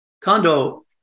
condo